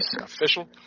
official